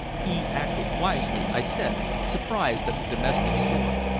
he acted wisely, i said, surprised at the domestic's story.